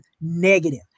negative